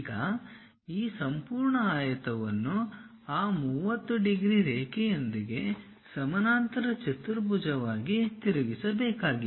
ಈಗ ಈ ಸಂಪೂರ್ಣ ಆಯತವನ್ನು ಆ 30 ಡಿಗ್ರಿ ರೇಖೆಯೊಂದಿಗೆ ಸಮಾನಾಂತರ ಚತುರ್ಭುಜವಾಗಿ ತಿರುಗಿಸಬೇಕಾಗಿದೆ